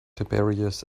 tiberius